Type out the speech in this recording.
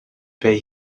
pay